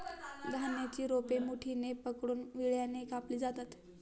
धान्याची रोपे मुठीने पकडून विळ्याने कापली जातात